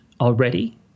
already